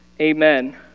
Amen